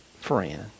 friend